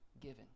given